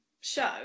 show